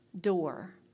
door